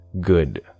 Good